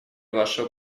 вашего